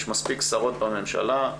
יש מספיק שרות בממשלה,